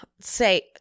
say